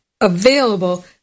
available